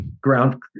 ground